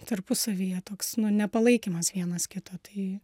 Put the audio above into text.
tarpusavyje toks nu nepalaikymas vienas kito tai